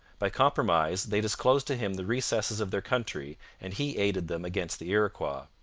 by compromise they disclosed to him the recesses of their country and he aided them against the iroquois.